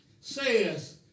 says